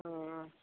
ਹਾਂ